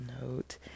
note